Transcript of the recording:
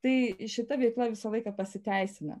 tai šita veikla visą laiką pasiteisina